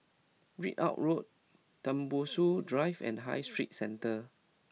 Ridout Road Tembusu Drive and High Street Centre